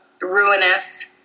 ruinous